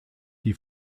die